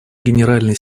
генеральный